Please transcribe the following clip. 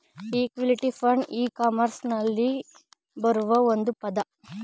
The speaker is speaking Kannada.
ಇಕ್ವಿಟಿ ಫಂಡ್ ಇ ಕಾಮರ್ಸ್ನಲ್ಲಿ ಬರುವ ಒಂದು ಪದ